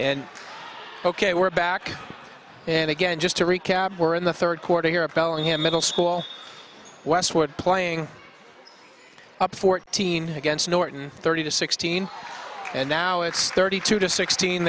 and ok we're back and again just to recap we're in the third quarter here a bellingham middle school westwood playing up fourteen against norton thirty to sixteen and now it's thirty two to sixteen